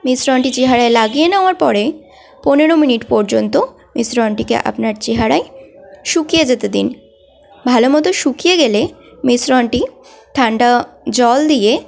মিশ্রণটি চেহারায় লাগিয়ে নেওয়ার পরে পনেরো মিনিট পর্যন্ত মিশ্রণটিকে আপনার চেহারায় শুকিয়ে যেতে দিন ভালো মতো শুকিয়ে গেলে মিশ্রণটি ঠান্ডা জল দিয়ে